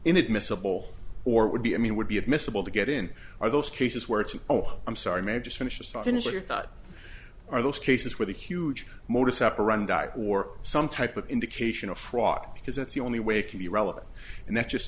inadmissible or it would be i mean would be admissible to get in or those cases where it's oh i'm sorry may just finish finish your thought are those cases where the huge modus operandi or some type of indication of fraud because that's the only way can be relevant and that's just